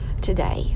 today